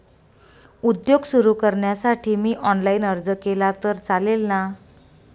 उद्योग सुरु करण्यासाठी मी ऑनलाईन अर्ज केला तर चालेल ना?